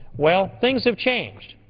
well, things have changed.